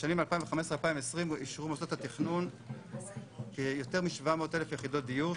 בשנים 2020-2015 אישרו מוסדות התכנון יותר מ-700,000 יחידות דיור,